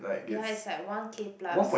ya it's like one K plus